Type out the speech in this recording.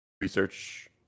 research